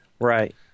Right